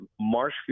marshfield